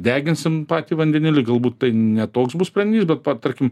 deginsim patį vandenėlį galbūt tai ne toks bus sprendinys bet va tarkime